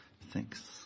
Thanks